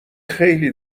خیلی